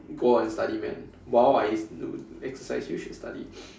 go out and study man while I do exercise you should study